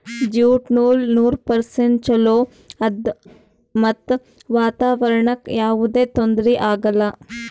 jute ನೂಲ್ ನೂರ್ percent ಚೊಲೋ ಆದ್ ಮತ್ತ್ ವಾತಾವರಣ್ಕ್ ಯಾವದೇ ತೊಂದ್ರಿ ಆಗಲ್ಲ